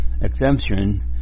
exemption